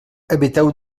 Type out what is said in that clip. eviteu